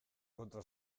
kontra